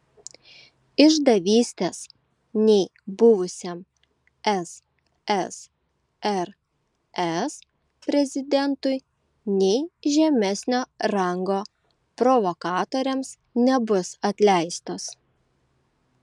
išdavystės nei buvusiam ssrs prezidentui nei žemesnio rango provokatoriams nebus atleistos